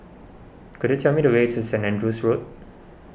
could you tell me the way to Saint Andrew's Road